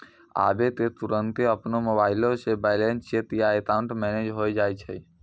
आबै त तुरन्ते अपनो मोबाइलो से बैलेंस चेक या अकाउंट मैनेज होय जाय छै